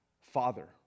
Father